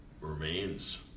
remains